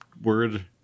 word